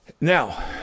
Now